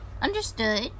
Understood